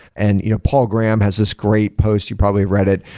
and you know paul graham has this great post, you probably read it,